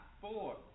four